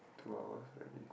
two hours right